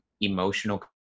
emotional